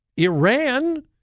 Iran